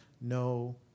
no